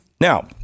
Now